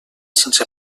sense